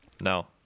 No